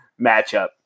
matchup